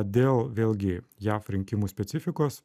dėl vėlgi jav rinkimų specifikos